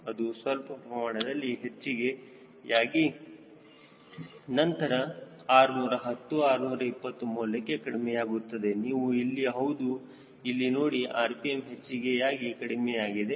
ಅದು ಸ್ವಲ್ಪ ಪ್ರಮಾಣದಲ್ಲಿ ಹೆಚ್ಚಿಗೆ ಯಾಗಿ ನಂತರ 610 620 ಮೌಲ್ಯಕ್ಕೆ ಕಡಿಮೆಯಾಗುತ್ತದೆ ನೀವು ಇಲ್ಲಿ ಹೌದು ಇಲ್ಲಿ ನೋಡಿ rpm ಹೆಚ್ಚಿಗೆ ಯಾಗಿ ಕಡಿಮೆಯಾಗಿದೆ